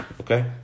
Okay